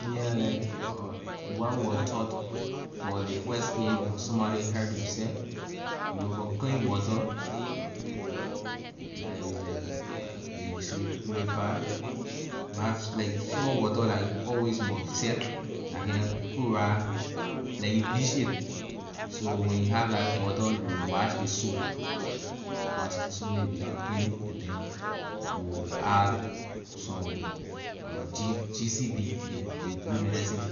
Yeah like what we were taught for ley first aid when somebody hurt themself, you look for clean water la is like ley say purify like small water la you always must help la get chloride like you bleech it so when you have la water you wash ley sore wash ley sore let a become clean and then you add some g gcd ley blue medicine